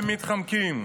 והם מתחמקים,